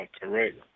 correct